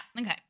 okay